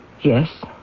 Yes